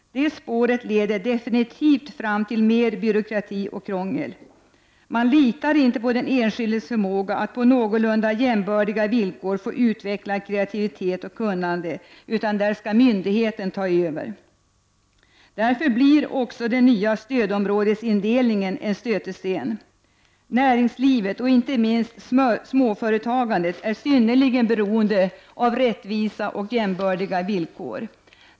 Det spåret leder definitivt fram till mer byråkrati och krångel. Man litar inte på den enskildes förmåga att på någorlunda jämbördiga villkor få utveckla kreativitet och kunnande, utan där skall myndigheten ta över. Därför blir också den nya stödområdesindelningen en stötesten. Näringslivet och inte minst småföretagandet är synnerligen beroende av rättvisa och jämbördiga villkor.